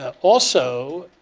ah also,